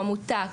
עמותה,